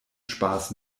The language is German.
spaß